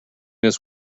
this